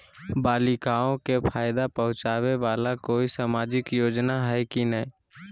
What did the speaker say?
बालिकाओं के फ़ायदा पहुँचाबे वाला कोई सामाजिक योजना हइ की नय?